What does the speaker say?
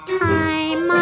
time